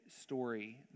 story